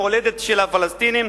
המולדת של הפלסטינים,